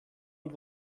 und